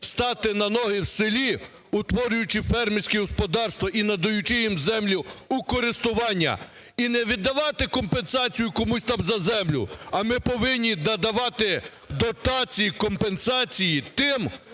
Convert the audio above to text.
стати на ноги в селі, утворюючи фермерські господарства і надаючи їм землю у користування. І не віддавати компенсацію комусь там за землю, а ми повинні надавати дотації, компенсації тим